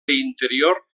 interior